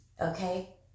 okay